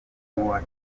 nk’uwa